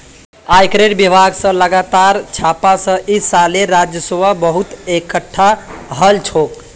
आयकरेर विभाग स लगातार छापा स इस सालेर राजस्व बहुत एकटठा हल छोक